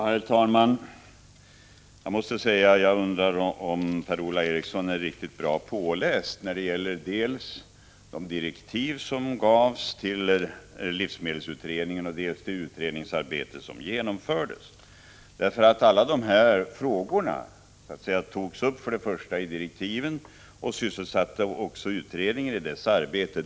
Herr talman! Jag undrar om Per-Ola Eriksson är ordentligt påläst när det gäller dels de direktiv som gavs till livsmedelsutredningen, dels det utredningsarbete som har genomförts. Alla dessa frågor togs upp i direktiven och sysselsatte också utredningen i dess arbete.